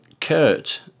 Kurt